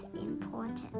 important